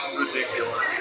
ridiculous